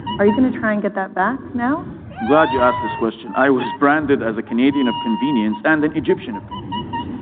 are you gonna try and get that back now? mf glad you asked this question. i was branded as a canadian of convenience and an egyptian of convenience.